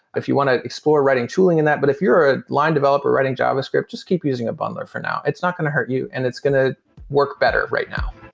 if you want to explore writing tooling in that. but if you're a line developer writing javascript, just keep using a bundler for now. it's not going to hurt you and it's going to work better right now